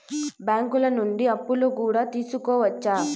బ్యాంకులు నుండి అప్పులు కూడా తీసుకోవచ్చు